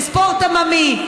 לספורט עממי,